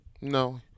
No